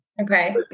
Okay